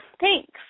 Thanks